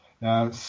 Now